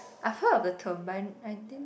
I've heard of the term but I didn't